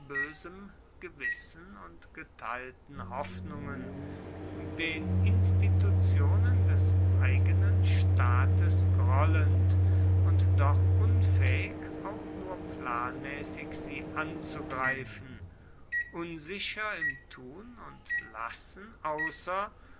bösem gewissen und geteilten hoffnungen den institutionen des eigenen staates grollend und doch unfähig auch nur planmäßig sie anzugreifen unsicher im tun und lassen außer